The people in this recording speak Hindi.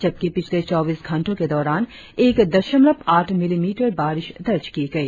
जबकि पिछले चौबीस घंटों के दौरान एक दशमलव आठ मिलीमीटर बारिश दर्ज कि गई